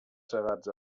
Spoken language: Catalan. segats